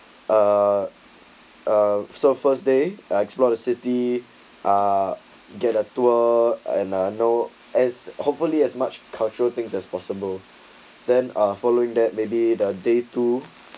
uh uh surfers day explore the city ah get a tour and are no as hopefully as much cultural things as possible then uh following that maybe the day two